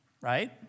right